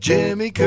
Jimmy